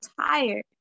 tired